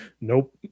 nope